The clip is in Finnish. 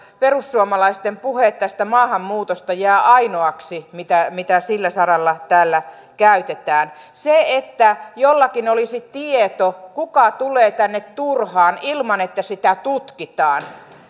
perussuomalaisten puheet tästä maahanmuutosta jäävät ainoiksi mitä mitä sillä saralla täällä käytetään en tiedä miten se on mahdollista että jollakin olisi tieto siitä kuka tulee tänne turhaan ilman että sitä tutkitaan